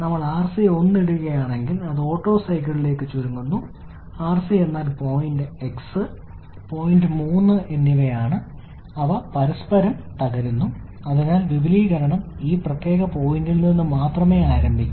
നമ്മൾ rc 1 ഇടുകയാണെങ്കിൽ അത് ഓട്ടോ സൈക്കിളിലേക്ക് ചുരുങ്ങുന്നു rc 1 എന്നാൽ പോയിന്റ് x പോയിന്റ് 3 എന്നിവയാണ് അവ പരസ്പരം തകരുന്നു അതിനാൽ വിപുലീകരണം ഈ പ്രത്യേക പോയിന്റിൽ നിന്ന് മാത്രമേ ആരംഭിക്കൂ